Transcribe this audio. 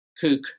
kook